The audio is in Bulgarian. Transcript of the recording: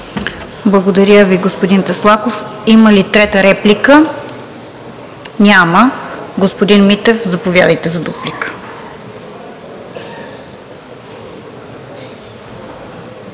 Благодаря Ви. Господин Таслаков, имате ли трета реплика? Няма. Господин Митев, заповядайте за дуплика.